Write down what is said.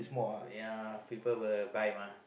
ya people will buy ah